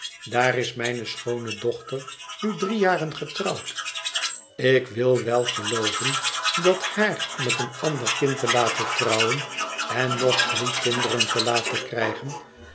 daar is mijne schoone dochter nu drie jaren getrouwd ik wil wel gelooven dat haar met een ander kind te laten trouwen en nog drie kinderen te laten krijgen